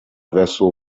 vessel